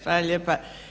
Hvala lijepa.